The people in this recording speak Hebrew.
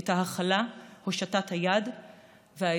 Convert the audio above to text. את ההכלה, הושטת היד והעזרה.